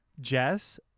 Jess